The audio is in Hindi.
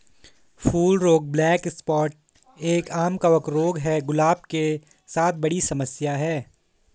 फूल रोग ब्लैक स्पॉट एक, आम कवक रोग है, गुलाब के साथ बड़ी समस्या है